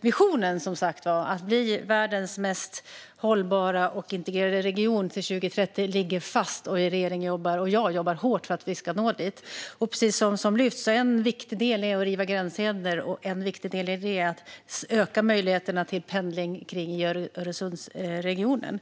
Visionen att bli världens mest hållbara och integrerade region till 2030 ligger fast. Regeringen och jag jobbar hårt för att nå dit, och precis som ledamoten lyfter fram är en viktig del i det att riva gränshinder, till exempel genom att öka möjligheterna till pendling i Öresundsregionen.